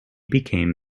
became